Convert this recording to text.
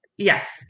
Yes